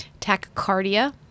tachycardia